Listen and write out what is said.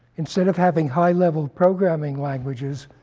instead of having high level programming languages,